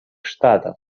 штатов